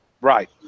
Right